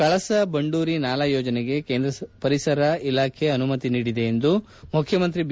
ಕಳಸಾ ಬಂಡೂರಿ ನಾಲಾ ಯೋಜನೆಗೆ ಕೇಂದ್ರದ ಪರಿಸರ ಇಲಾಖೆ ಅನುಮತಿ ನೀಡಿದೆ ಎಂದು ಮುಖ್ಯಮಂತ್ರಿ ಬಿ